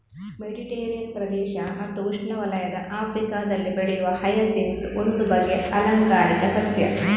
Mediterranean ಪ್ರದೇಶ ಮತ್ತು ಉಷ್ಣವಲಯದ ಆಫ್ರಿಕಾದಲ್ಲಿ ಬೆಳೆಯುವ ಹಯಸಿಂತ್ ಒಂದು ಬಗೆಯ ಆಲಂಕಾರಿಕ ಸಸ್ಯ